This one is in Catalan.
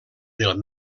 del